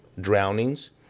drownings